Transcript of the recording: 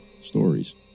stories